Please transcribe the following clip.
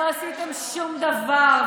לא עשיתם שום דבר,